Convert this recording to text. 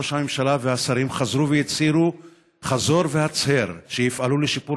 ראש הממשלה והשרים הצהירו חזור והצהר שיפעלו לשיפור